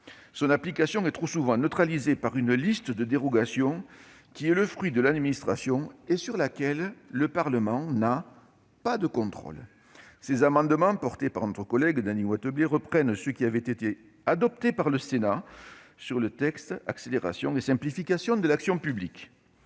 Son application est trop souvent neutralisée par une liste de dérogations qui est le fruit de l'administration et sur laquelle le Parlement n'a pas de contrôle. Ces amendements, portés par notre collègue Dany Wattebled, reprennent ceux qui avaient été adoptés par le Sénat lors de l'examen de la loi Accélération et simplification de l'action publique.